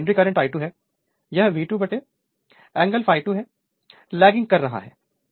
तो यह secondary current I2 है यह V2 एंगल ∅2 से लेगिंग कर रहा है